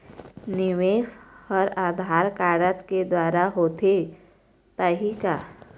निवेश हर आधार कारड के द्वारा होथे पाही का?